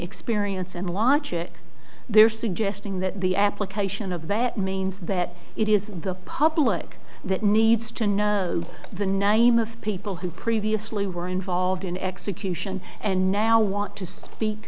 experience and logic there suggesting that the application of that means that it is the public that needs to know the name of people who previously were involved in execution and now want to speak